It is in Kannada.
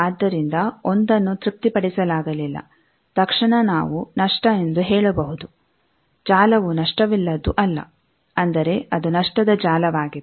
ಆದ್ದರಿಂದ 1 ನ್ನು ತೃಪ್ತಿಪಡಿಸಲಾಗಲಿಲ್ಲ ತಕ್ಷಣ ನಾವು ನಷ್ಟ ಎಂದು ಹೇಳಬಹುದು ಜಾಲವು ನಷ್ಟವಿಲ್ಲದ್ದು ಅಲ್ಲ ಅಂದರೆ ಅದು ನಷ್ಟದ ಜಾಲವಾಗಿದೆ